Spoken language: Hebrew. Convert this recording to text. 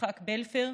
יצחק בלפר.